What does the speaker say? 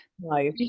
No